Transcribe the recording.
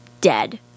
dead